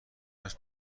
است